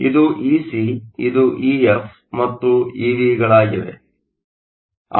ಆದ್ದರಿಂದ ಇದು ಇಸಿ ಇದು ಇಎಫ್ ಮತ್ತು ಇದು ಇವಿಗಳಾಗಿವೆ